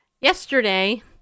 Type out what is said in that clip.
Yesterday